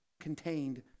contained